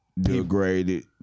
Degraded